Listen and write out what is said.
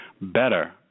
better